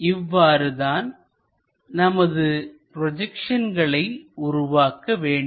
இவ்வாறுதான் நமது ப்ரொஜெக்ஷன்களை உருவாக்க வேண்டும்